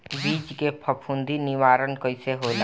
बीज के फफूंदी निवारण कईसे होला?